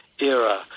era